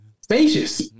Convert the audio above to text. Spacious